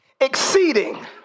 exceeding